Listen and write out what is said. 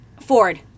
Ford